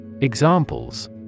Examples